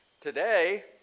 Today